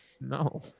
no